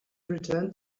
returned